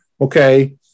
Okay